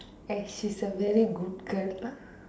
and she's a very good girl ah